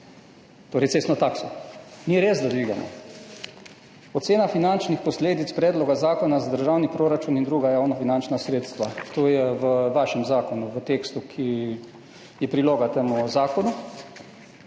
torej cestno takso, ni res, da dvigamo.« Ocena finančnih posledic predloga zakona za državni proračun in druga javnofinančna sredstva, to je v vašem zakonu, v tekstu, ki je priloga temu zakonu,